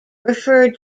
referred